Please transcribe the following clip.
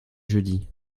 jeudi